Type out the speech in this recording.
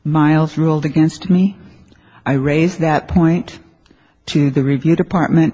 miles ruled against me i raise that point to the review department